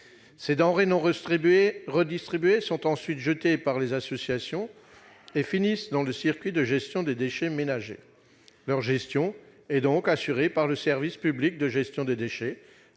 ces denrées ne sont pas redistribuées, elles sont jetées par les associations et finissent dans le circuit de gestion des déchets ménagers. Leur gestion est donc assurée par le service public de gestion des déchets